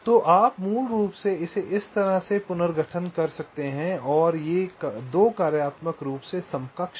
तो आप मूल रूप से इसे इस तरह से पुनर्गठन कर सकते हैं ये 2 कार्यात्मक रूप से समकक्ष हैं